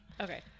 Okay